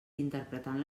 interpretant